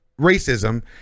racism